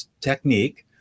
technique